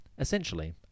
Essentially